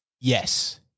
Yes